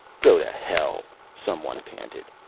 go to hell! some one panted.